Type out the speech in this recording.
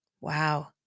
Wow